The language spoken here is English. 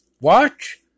watch